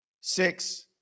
six